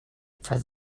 for